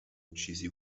uccisi